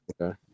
Okay